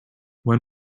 when